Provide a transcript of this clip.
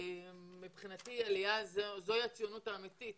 מבחינתי עלייה, זוהי הציונות האמיתית.